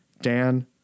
Dan